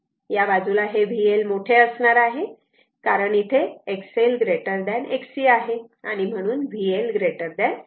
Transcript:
या बाजूला हे VL मोठे असणार आहे कारण इथे XL Xc आहे म्हणून VL VC आहे